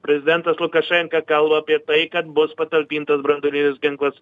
prezidentas lukašenka kalba apie tai kad bus patalpintas branduolinis ginklas